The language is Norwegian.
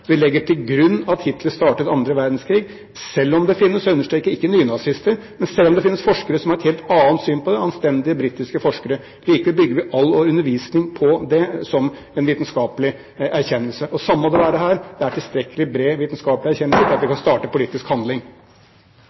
Vi legger til grunn at Hitler startet annen verdenskrig. Selv om det finnes – jeg understreker: ikke nynazister – forskere som har et helt annet syn på dette, anstendige britiske forskere, bygger vi likevel all undervisning på det som en vitenskapelig erkjennelse. Det samme må det være her. Det er en tilstrekkelig bred vitenskapelig erkjennelse til at vi kan starte politisk handling.